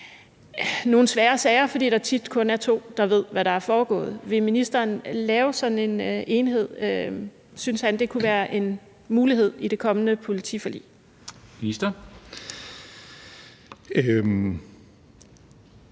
nogle svære sager, fordi der tit kun er to, der ved, hvad der er foregået. Vil ministeren lave sådan en enhed? Synes han, det kunne være en mulighed i det kommende politiforlig? Kl.